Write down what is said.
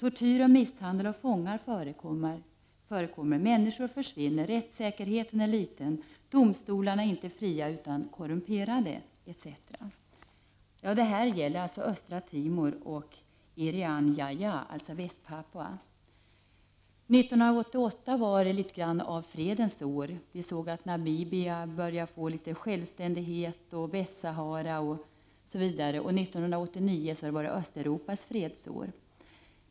Tortyr och misshandel av fångar förekommer, människor försvinner, rättssäkerhe ten är liten, domstolarna är inte fria utan korrumperade etc.” Detta gäller alltså Östra Timor och Irian Jaya, alltså Väst-Papua. År 1988 var något av fredens år. Namibia började få litet självständighet liksom bl.a. Västsahara, och 1989 var Östeuropas fredsår.